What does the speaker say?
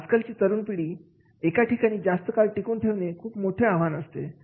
आजकालची तरुण पिढी एका ठिकाणी जास्त काळ टिकवून ठेवणे मोठे आव्हान असते